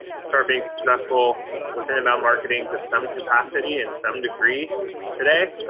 start being successful with inbound marketing to some capacity and some degree today.